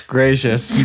Gracious